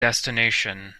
destination